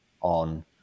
on